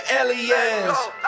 aliens